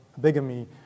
bigamy